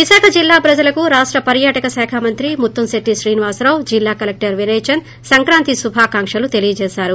విశాఖ జిల్లా ప్రజలకు రాష్ట పర్యటక శాఖ మంత్రి ముత్తంశెట్లి శ్రీనివాస్ జిల్లా కలెక్షర్ వినయ్ చాంద్ సంక్రాంతి శుభాకాంక్షలు తెలియజేసారు